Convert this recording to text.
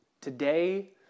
today